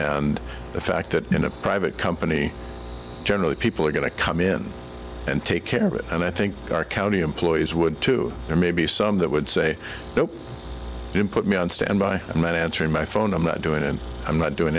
and the fact that in a private company generally people are going to come in and take care of it and i think our county employees would too or maybe some that would say they'll put me on standby meant answering my phone i'm not doing it and i'm not doing